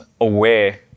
aware